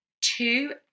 two